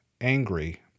angry